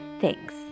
thanks